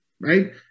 Right